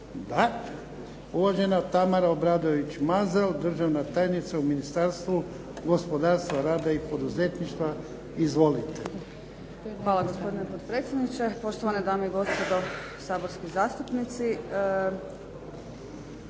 Da. Uvažena Tamara Obradović Mazal, državna tajnica u Ministarstvu gospodarstva, rada i poduzetništva. Izvolite. **Obradović Mazal, Tamara** Hvala gospodine potpredsjedniče, poštovane dame i gospodo saborski zastupnici.